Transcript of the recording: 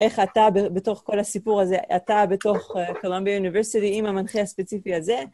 איך אתה בתוך כל הסיפור הזה, אתה בתוך קולומביה אוניברסיטי עם המנחה הספציפי הזה?